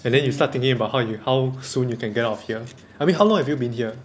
and then you start thinking about how you how soon you can get out of here I mean how long have you been here